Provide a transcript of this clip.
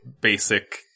basic